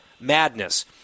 madness